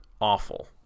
awful